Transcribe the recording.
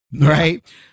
right